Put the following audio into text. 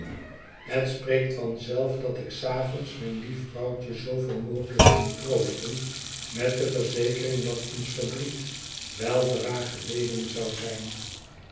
het spreekt van zelf dat ik s avonds mijn lief vrouwtje zoo veel mogelijk ging troosten met de verzekering dat ons verdriet weldra geleden zou zijn